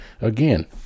again